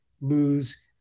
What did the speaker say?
lose